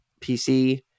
PC